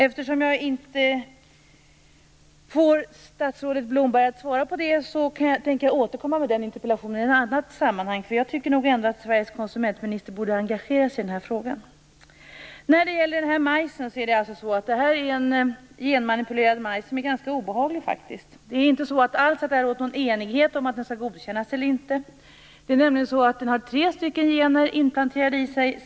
Eftersom jag inte får statsrådet Blomberg att svara på det tänker jag återkomma med den interpellationen i ett annat sammanhang. Jag tycker nog ändå att Sveriges konsumentminister borde engagera sig i frågan. Det här handlar om en genmanipulerad majs som faktiskt är ganska obehaglig. Det har inte alls rått någon enighet om ifall den skall godkännas eller inte. Den har nämligen tre annorlunda gener inplanterade i sig.